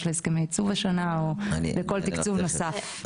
להסכמי ייצוב השנה או מכל תקצוב נוסף.